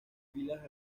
filas